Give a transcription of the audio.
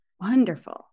Wonderful